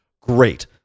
Great